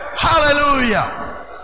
Hallelujah